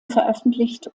veröffentlicht